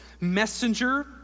messenger